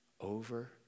Over